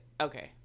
okay